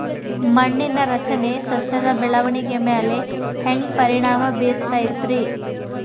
ಮಣ್ಣಿನ ರಚನೆ ಸಸ್ಯದ ಬೆಳವಣಿಗೆ ಮ್ಯಾಲೆ ಹ್ಯಾಂಗ್ ಪರಿಣಾಮ ಬೇರತೈತ್ರಿ?